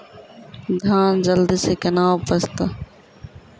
धान जल्दी से के ना उपज तो?